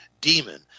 demon